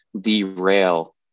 derail